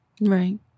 Right